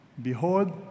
Behold